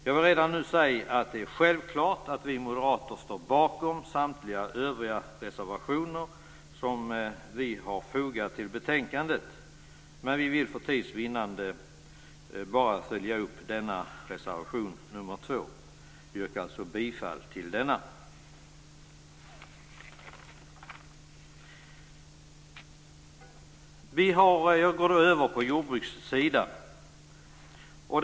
Jag vill redan nu säga att det är självklart att vi moderater står bakom samtliga övriga reservationer som vi har fogat till betänkandet, men vi vill för tids vinnande bara följa upp reservation nr 2. Jag yrkar alltså bifall till denna. Jag går nu över till jordbruksfrågorna.